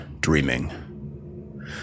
dreaming